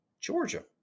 Georgia